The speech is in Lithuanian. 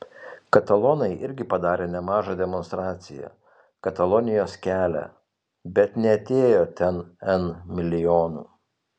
katalonai irgi padarė nemažą demonstraciją katalonijos kelią bet neatėjo ten n milijonų